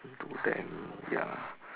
to them ya